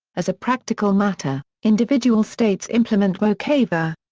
as a practical matter, individual states implement uocava.